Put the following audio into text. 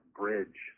bridge